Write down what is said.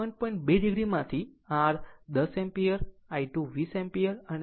2 o માંથી r 1 1 10 ampere I 2 20 ampere છે જે 36